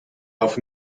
auf